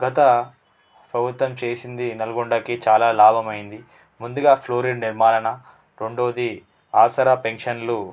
గత ప్రభుత్వం చేసింది నల్గొండకి చాలా లాభమైంది ముందుగా ఫ్లోరైడ్ నిర్మాలన రెండోది ఆసరా పెన్షన్లు